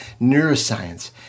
neuroscience